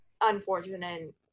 unfortunate